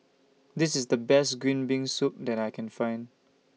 This IS The Best Green Bean Soup that I Can Find